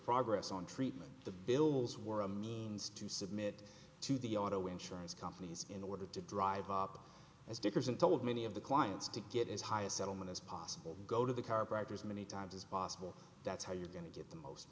progress on treatment the bills were a means to submit to the auto insurance companies in order to drive up as dickerson told many of the clients to get as high a settlement as possible go to the chiropractor as many times as possible that's how you're going to get the